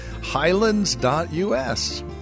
highlands.us